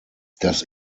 das